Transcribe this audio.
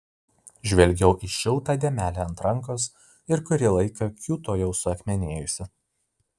žvelgiau į šiltą dėmelę ant rankos ir kurį laiką kiūtojau suakmenėjusi